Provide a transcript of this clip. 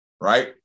right